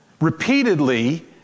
repeatedly